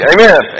Amen